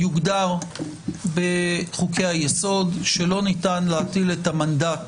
שיוגדר בחוק היסוד שלא ניתן להטיל את המנדט